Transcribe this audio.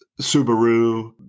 Subaru